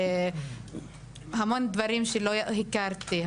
המון דברים שלא הכרתי.